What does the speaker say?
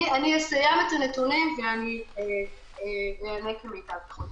אם מישהו מעדכן, לא נותנים לו קנס.